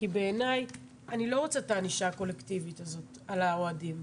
אני לא רוצה את הענישה הקולקטיבית הזאת על האוהדים.